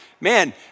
man